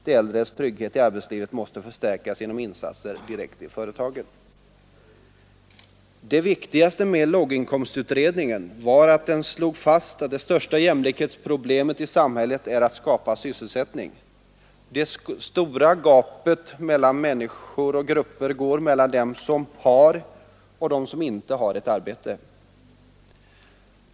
De äldres trygghet i arbetslivet måste förstärkas genom insatser direkt i företagen.” Det viktigaste med låginkomstutredningen var att den slog fast att det första jämlikhetsproblemet i samhället är att skapa sysselsättning. Det stora gapet mellan människor och grupper går mellan dem som har och dem som inte har ett arbete.